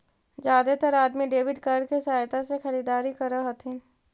जादेतर अदमी debit card के सहायता से खरीदारी कर हथिन